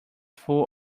full